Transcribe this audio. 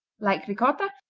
like ricotta,